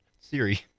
Siri